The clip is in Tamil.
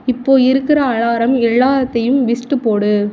இப்போ இருக்குற அலாரம் எல்லாத்தையும் லிஸ்ட்டு போடு